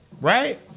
right